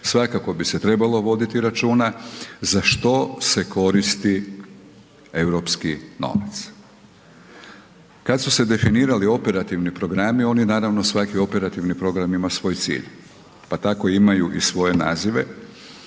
svakako bi se trebalo voditi računa za što se koristi europski novac. Kad su se definirali operativni programi, ovdje naravno svaki operativni program ima svoj cilj pa tako imaju i svoje nazive